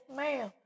ma'am